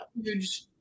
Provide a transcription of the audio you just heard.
huge